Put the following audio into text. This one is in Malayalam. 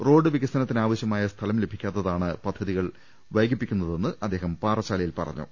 റോഡ് വികസനത്തിന് ആവശ്യമായ സ്ഥലം ലഭിക്കാ ത്തതാണ് പദ്ധതികൾ വൈകിപ്പിക്കുന്നതെന്ന് അദ്ദേഹം പാറശാലയിൽ പറഞ്ഞു